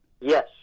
Yes